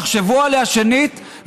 תחשבו עליה שנית,